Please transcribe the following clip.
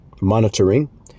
monitoring